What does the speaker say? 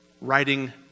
writing